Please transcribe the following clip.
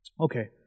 Okay